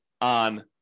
On